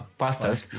pastors